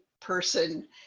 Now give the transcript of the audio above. person